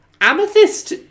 Amethyst